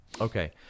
Okay